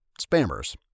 spammers